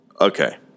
Okay